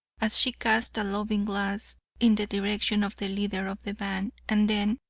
as she cast a loving glance in the direction of the leader of the band, and then,